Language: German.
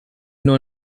nur